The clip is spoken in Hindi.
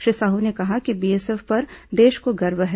श्री साहू ने कहा कि बीएसएफ पर देश को गर्व है